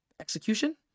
Execution